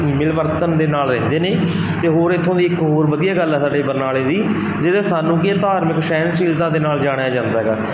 ਮਿਲਵਰਤਨ ਦੇ ਨਾਲ ਰਹਿੰਦੇ ਨੇ ਅਤੇ ਹੋਰ ਇਥੋਂ ਦੀ ਇੱਕ ਹੋਰ ਵਧੀਆ ਗੱਲ ਹੈ ਸਾਡੇ ਬਰਨਾਲੇ ਦੀ ਜਿਹਦੇ ਸਾਨੂੰ ਕਿ ਧਾਰਮਿਕ ਸਹਿਣਸ਼ੀਲਤਾ ਦੇ ਨਾਲ ਜਾਣਿਆ ਜਾਂਦਾ ਹੈਗਾ